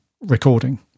recording